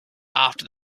after